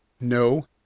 No